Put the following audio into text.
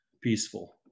Peaceful